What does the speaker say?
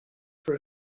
for